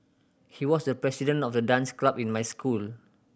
he was the president of the dance club in my school